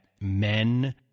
men